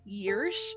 years